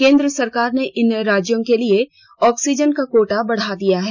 केन्द्र सरकार ने इन राज्यों के लिए ऑक्सीजन का कोटा बढ़ा दिया है